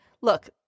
Look